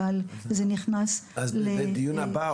אבל זה נכנס ל --- נבקש את זה לדיון הבא.